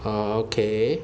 oh okay